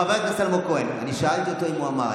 חבר הכנסת אלמוג כהן, אני שאלתי אותו אם הוא אמר.